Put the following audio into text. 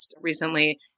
recently